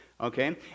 Okay